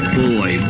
boy